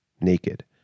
naked